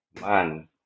Man